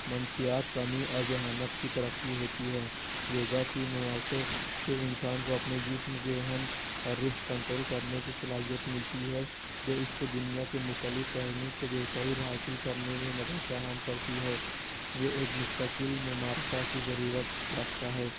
منشیات کمی اور ذہانت کی ترقی ہوتی ہے یوگا کی مواد سے سے انسان کو اپنے جسم ذہن اور روح کنٹرول کرنے کی صلاحیت ملتی ہے جو اس کے دنیا کے متعلق پہلوں سے بھی بہتری حاصل کرنے میں مدد فراہم کرتی ہے یہ ایک مستقل ممارثہ کی ضرور رکھتا ہے